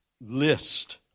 list